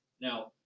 now